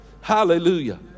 Hallelujah